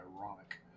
ironic